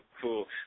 cool